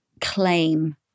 claim